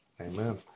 Amen